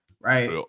right